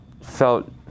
felt